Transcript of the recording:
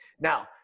Now